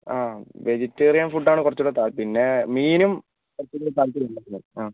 ആ വെജിറ്റേറിയൻ ഫുഡ്ഡാണ് കുറച്ചൂകൂടി താൽപ്പര്യം പിന്നെ മീനും കുറച്ചൂകൂടി താൽപ്പര്യം ഉള്ളതല്ലേ ആ